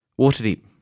Waterdeep